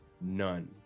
None